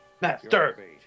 Master